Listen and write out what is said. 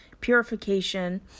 purification